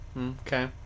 Okay